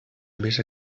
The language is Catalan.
més